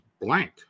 blank